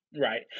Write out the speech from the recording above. Right